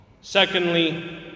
Secondly